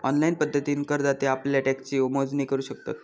online पद्धतीन करदाते आप्ल्या टॅक्सची मोजणी करू शकतत